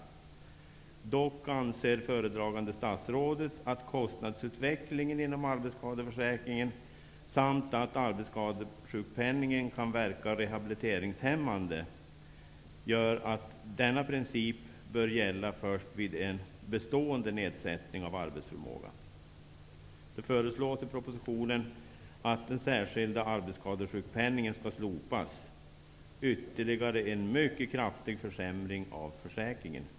Dock anser föredragande statsrådet att kostnadsutvecklingen inom arbetsskadeförsäkringen samt att arbetsskadesjukpenningen kan verka rehabiliteringshämmande gör att denna princip bör gälla först vid en bestående nedsättning av arbetsförmågan. ytterligare en mycket kraftig försämring av försäkringen.